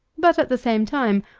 but, at the same time,